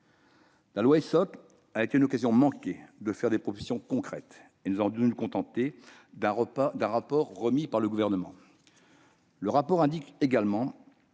la loi Essoc a été une occasion manquée d'adopter des propositions concrètes et nous avons dû nous contenter d'un rapport remis par le Gouvernement. Ce rapport indique également